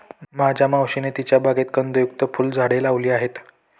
माझ्या मावशीने तिच्या बागेत कंदयुक्त फुलझाडे लावली आहेत